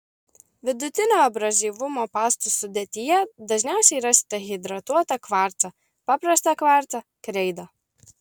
vidutinio abrazyvumo pastų sudėtyje dažniausiai rasite hidratuotą kvarcą paprastą kvarcą kreidą